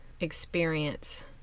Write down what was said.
experience